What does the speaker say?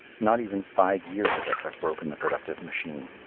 not even five years of it have broken the productive machine.